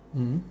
mm